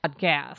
Podcast